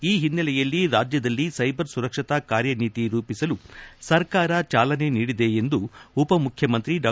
ಈ ಹಿನ್ನೆಲೆಯಲ್ಲಿ ರಾಜ್ಯದಲ್ಲಿ ಸೈಬರ್ ಸುರಕ್ಷತಾ ಕಾರ್ಯನೀತಿ ರೂಪಿಸಲು ಸರ್ಕಾರ ಚಾಲನೆ ನೀಡಿದೆ ಎಂದು ಉಪ ಮುಖ್ಯಮಂತ್ರಿ ಡಾ